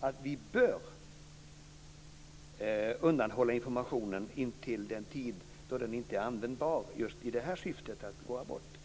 att vi bör undanhålla informationen intill den tid då den inte är användbar i syftet att begå abort.